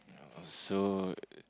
so